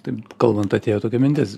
taip kalbant atėjo tokia mintis